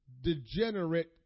degenerate